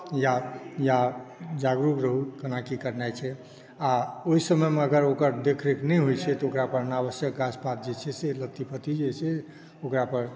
या या जागरुक रहू केना की करनाइ छै आओर ओहि समयमे अगर ओकर देख रेख नहि होइत छै तऽ ओकरा अपन अनावश्यक गाछ पात जे छै से लत्ती फत्ती जे छै से ओकरापर